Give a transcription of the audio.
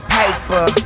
paper